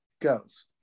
goes